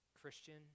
Christian